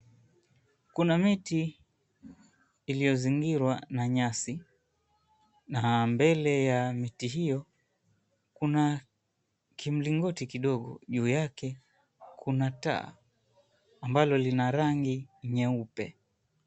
Kuna miti iliyozingirwa na nyasi. Na mbele ya miti hiyo, kuna kimlingoti kidogo. Juu yake kuna taa ambalo lina rangi nyeupe.